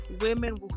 women